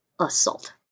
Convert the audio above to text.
assault